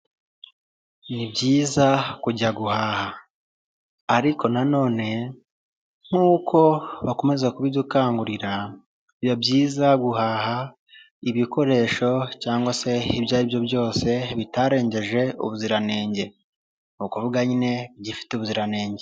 Ni byiza kujya guhaha ariko na none nk'uko bakomeza kubidukangurira, biba byiza guhaha ibikoresho cyangwa se ibyo aribyo byose bitarengeje ubuziranenge ni ukuvuga nyine gifite ubuziranenge.